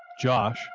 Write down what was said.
Josh